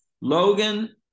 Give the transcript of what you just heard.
Logan